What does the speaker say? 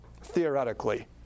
theoretically